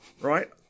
right